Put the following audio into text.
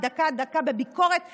דקה-דקה בביקורת נבזית,